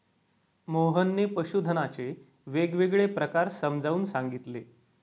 मोहनने पशुधनाचे वेगवेगळे प्रकार समजावून सांगितले